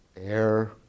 air